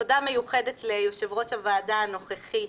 תודה מיוחדת ליושב-ראש הוועדה הנוכחי,